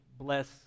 bless